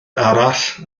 arall